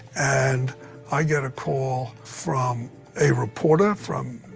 and i get a call from a reporter from